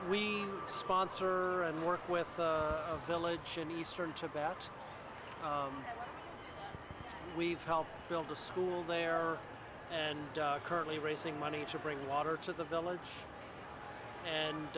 we sponsor and work with a village in eastern tibet we've helped build the school there and currently raising money to bring water to the village and